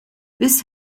this